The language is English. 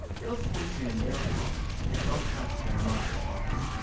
ill-fortune and ill-health had both left their marks upon him.